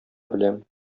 беләм